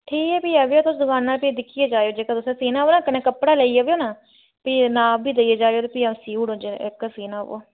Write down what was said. ठीक ऐ फ्ही आवेओ दकानै पर फ्ही दिक्खियै जाएओ जेह्ड़ा तुसें सीना होग ना कन्नै तुस कपड़ा लेऔगे ना फ्ही नाप बी देइयै जाएओ फ्ही आ'ऊ सी औड़ग जनेहा सीना होग